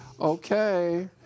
Okay